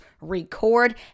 record